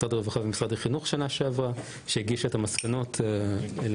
משרד הרווחה ומשרד החינוך בשנה שעברה שהגישה את המסקנות לשלושת